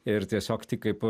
ir tiesiog tik kaip